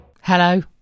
hello